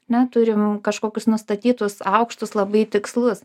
ne turim kažkokius nustatytus aukštus labai tikslus